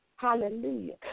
Hallelujah